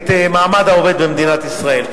את מעמד העובד במדינת ישראל.